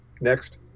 Next